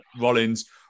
Rollins